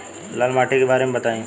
लाल माटी के बारे में बताई